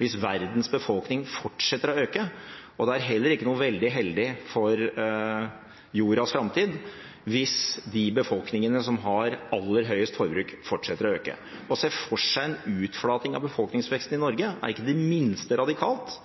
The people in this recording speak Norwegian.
hvis verdens befolkning fortsetter å øke, og det er heller ikke veldig heldig for jordas framtid hvis de befolkningene som har aller høyest forbruk, fortsetter å øke. Å se for seg en utflating av befolkningsveksten i Norge er ikke det minste radikalt,